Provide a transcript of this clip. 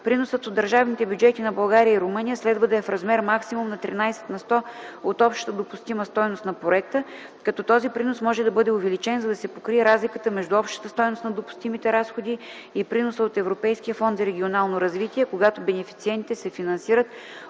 Приносът от държавните бюджети на България и Румъния следва да е в размер максимум на 13 на сто от общата допустима стойност на проекта, като този принос може да бъде увеличен, за да се покрие разликата между общата стойност на допустимите разходи и приноса от Европейския фонд за регионално развитие (когато бенефициентите се финансират